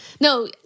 No